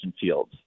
Fields